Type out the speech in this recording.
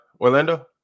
Orlando